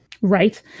Right